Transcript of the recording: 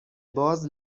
باز